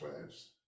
waves